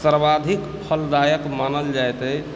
सर्वाधिक फलदायक मानल जाइत अछि